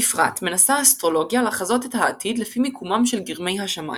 בפרט מנסה האסטרולוגיה לחזות את העתיד לפי מיקומם של גרמי השמים.